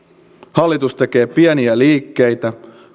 hallitus tekee pieniä liikkeitä